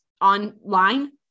online